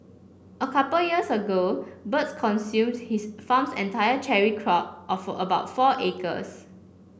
a couple years ago birds consumed his farm's entire cherry crop of about four acres